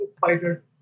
Fighter